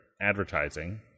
advertising